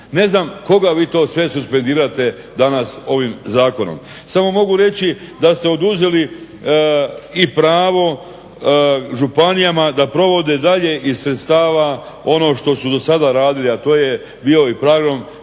Ne znam koga vi to sve suspendirate danas ovim zakonom, samo mogu reći da ste oduzeli i pravo županijama da provode dalje iz sredstava ono što su do sada radili, a to je bio i program